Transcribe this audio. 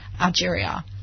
Algeria